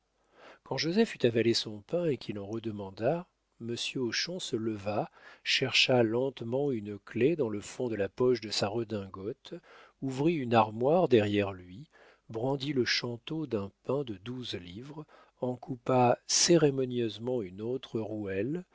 quand joseph eut avalé son pain et qu'il en redemanda monsieur hochon se leva chercha lentement une clef dans le fond de la poche de sa redingote ouvrit une armoire derrière lui brandit le chanteau d'un pain de douze livres en coupa cérémonieusement une autre rouelle